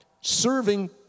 serving